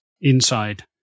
inside